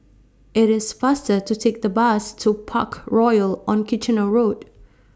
IT IS faster to Take The Bus to Parkroyal on Kitchener Road